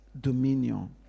dominion